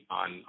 on